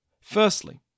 Firstly